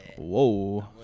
Whoa